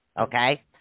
Okay